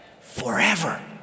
forever